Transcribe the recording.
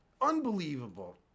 unbelievable